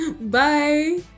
bye